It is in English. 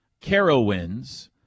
Carowinds